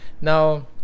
Now